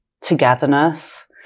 togetherness